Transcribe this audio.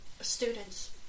students